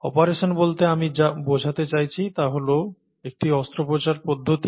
operation বলতে আমি যা বোঝাতে চাইছি তা হল একটি অস্ত্রোপচার পদ্ধতি